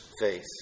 faith